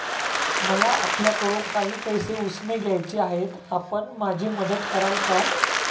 मला आपल्याकडून काही पैसे उसने घ्यायचे आहेत, आपण माझी मदत कराल का?